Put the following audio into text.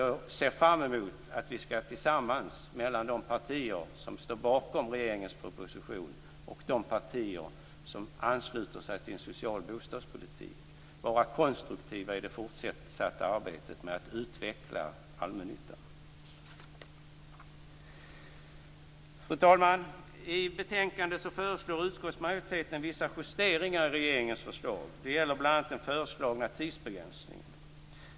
Jag ser fram emot att de partier som står bakom regeringens proposition och de partier som ansluter sig till en social bostadspolitik tillsammans skall vara konstruktiva i det fortsatta arbetet med att utveckla allmännyttan. Fru talman! I betänkandet föreslår utskottsmajoriteten vissa justeringar i regeringens förslag. Det gäller bl.a. den föreslagna tidsbegränsningen.